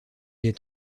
est